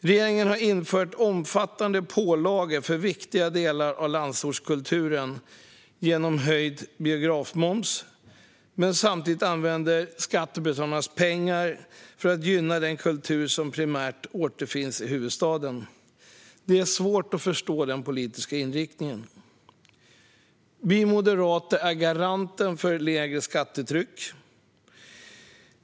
Regeringen har infört omfattande pålagor för viktiga delar av landsortskulturen genom höjd biografmoms, men samtidigt använder man skattebetalarnas pengar för att gynna den kultur som primärt återfinns i huvudstaden. Det är svårt att förstå den politiska inriktningen. Vi moderater är garanten för ett lägre skattetryck.